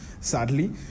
sadly